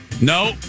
No